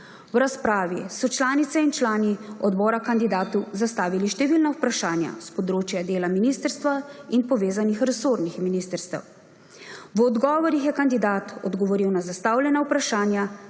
V razpravi so članice in člani odbora kandidatu zastavili številna vprašanja s področja dela ministrstva in povezanih resornih ministrstev. V odgovorih je kandidat odgovoril na zastavljena vprašanja